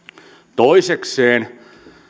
toisekseen